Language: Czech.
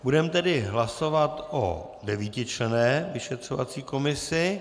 Budeme tedy hlasovat o devítičlenné vyšetřovací komisi.